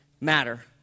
matter